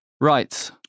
Right